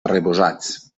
arrebossats